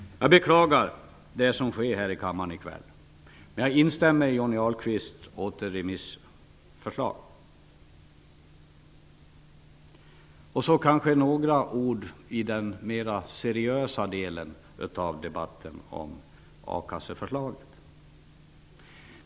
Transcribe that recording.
Jag beklagar det som sker här i kammaren i kväll, men jag instämmer i Johnny Ahlqvists återremissyrkande. Så kanske några ord i den mera seriösa delen i debatten om a-kasseförslaget.